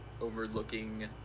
overlooking